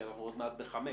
כי אנחנו עוד מעט ב-5.